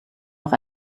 noch